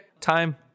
time